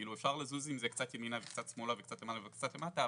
אפשר לזוז מזה קצת ימינה וקצת שמאלה וקצת למעלה וקצת למטה,